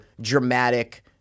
dramatic